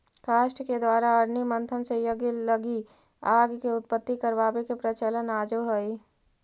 काष्ठ के द्वारा अरणि मन्थन से यज्ञ लगी आग के उत्पत्ति करवावे के प्रचलन आजो हई